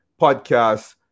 podcast